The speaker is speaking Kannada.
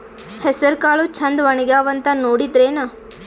ಹೆಸರಕಾಳು ಛಂದ ಒಣಗ್ಯಾವಂತ ನೋಡಿದ್ರೆನ?